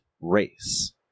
race